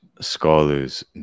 scholars